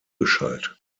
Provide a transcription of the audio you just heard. geschaltet